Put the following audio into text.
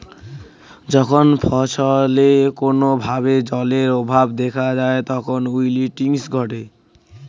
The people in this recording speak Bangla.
যখন ফছলে কোনো ভাবে জলের অভাব দেখা যায় তখন উইল্টিং ঘটে